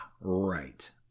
right